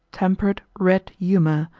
temperate, red humour,